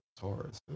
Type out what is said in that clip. Taurus